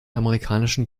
amerikanischen